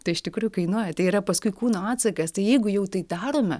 tai iš tikrųjų kainuoja tai yra paskui kūno atsakas tai jeigu jau tai darome